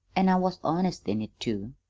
an' i was honest in it, too.